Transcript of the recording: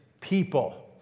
people